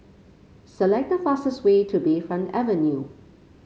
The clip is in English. select the fastest way to Bayfront Avenue